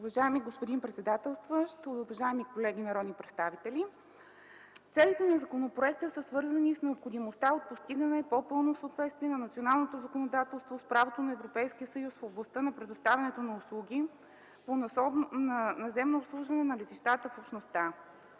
Уважаеми господин председателстващ, уважаеми колеги народни представители! Целите на законопроекта са свързани с необходимостта от постигане по-пълно съответствие на националното законодателство в правото на Европейския съюз в областта на предоставянето на услуги по наземно обслужване на летищата в Общността.